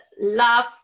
love